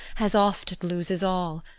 as oft it loses all.